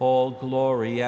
all glory